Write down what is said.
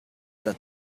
that